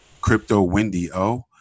CryptoWendyO